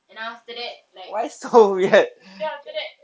and after that like then after that